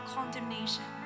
condemnation